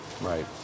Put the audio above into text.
Right